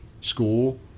school